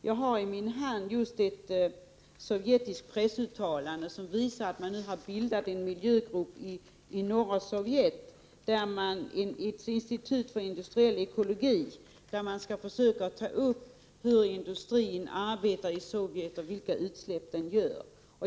Jag har i min hand ett sovjetiskt pressuttalande som visar att man nu har bildat en miljögrupp i norra Sovjet, ett institut för industri och ekologi, där man skall försöka ta upp hur industrin arbetar i Sovjet och vilka utsläpp den gör.